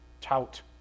tout